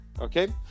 Okay